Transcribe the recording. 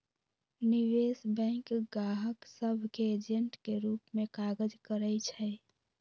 निवेश बैंक गाहक सभ के एजेंट के रूप में काज करइ छै